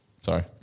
Sorry